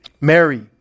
Mary